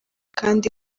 kandi